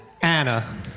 Anna